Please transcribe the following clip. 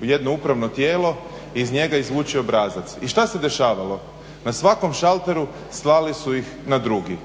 u jedno upravno tijelo i iz njega izvući obrazac, i šta se dešavalo? Na svakom šalteru slali su ih na drugi,